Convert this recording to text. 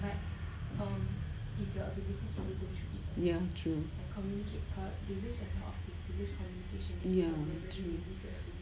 ya true ya true